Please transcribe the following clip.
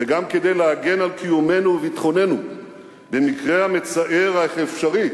וגם כדי להגן על קיומנו וביטחוננו במקרה המצער אך האפשרי,